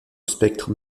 spectre